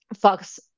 Fox